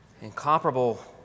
incomparable